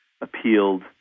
appealed